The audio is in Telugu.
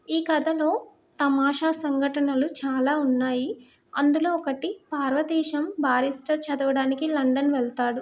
ఈ కథలో తమాషా సంఘటనలు చాలా ఉన్నాయి అందులో ఒకటి పార్వతీశం బారిస్టర్ చదవడానికి లండన్ వెళ్తాడు